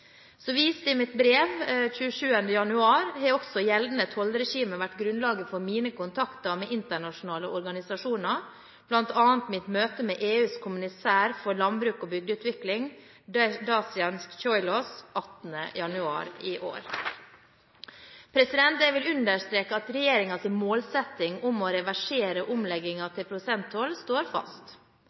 i mitt brev fra 27. januar, har også gjeldende tollregime vært grunnlaget for mine kontakter med internasjonale organisasjoner, bl.a. mitt møte med EUs kommissær for landbruk og bygdeutvikling, Dacian Ciolos, 18. januar i år. Jeg vil understreke at regjeringens målsetting om å reversere omleggingen til prosenttoll står fast.